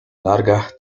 largas